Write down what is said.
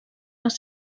les